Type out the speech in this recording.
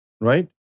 Right